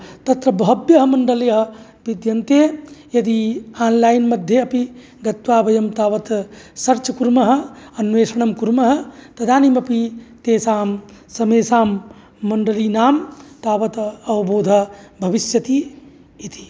तत्र बह्व्यः मण्डल्यः विद्यन्ते यदि आन्लैन् मध्येऽपि गत्वा वयं तावत् सर्च् कुर्मः अन्वेषणं कुर्मः तदानीम् अपि तेषां समेषां मण्डलीनां तावत् अवबोधः भविष्यति इति